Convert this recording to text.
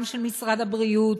גם של משרד הבריאות,